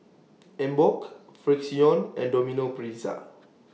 Emborg Frixion and Domino Pizza